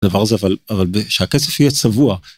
דבר זה אבל... אבל, ב... שהכסף יהיה צבוע